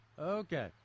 Okay